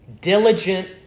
diligent